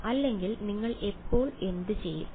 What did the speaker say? വിദ്യാർത്ഥി അല്ലെങ്കിൽ നിങ്ങൾ എപ്പോൾ എന്തു ചെയ്യും